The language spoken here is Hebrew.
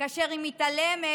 כאשר היא מתעלמת